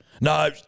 No